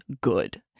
good